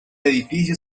edificio